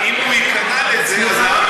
זה לא אומר שהם קיצוניים, זה לא אומר שהם מסיתים.